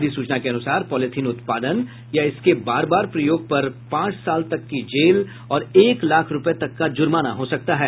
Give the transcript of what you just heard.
अधिसूचना के अनुसार पॉलिथीन उत्पादन या इसके बार बार प्रयोग पर पांच साल तक की जेल और एक लाख रूपये तक का जुर्माना हो सकता है